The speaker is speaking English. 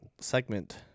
segment